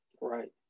Right